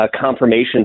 confirmation